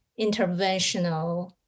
interventional